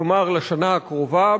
כלומר לשנה הקרובה.